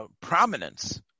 Prominence